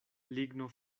ligno